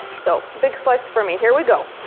so big slice for me, here we go.